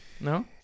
No